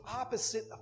opposite